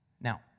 Now